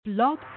Blog